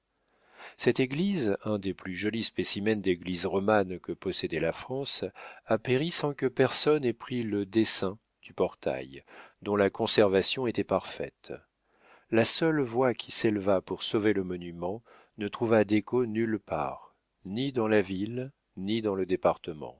cette église un des plus jolis specimen d'église romane que possédât la france a péri sans que personne ait pris le dessin du portail dont la conservation était parfaite la seule voix qui s'éleva pour sauver le monument ne trouva d'écho nulle part ni dans la ville ni dans le département